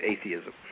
atheism